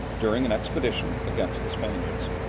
during an expedition against the spaniards.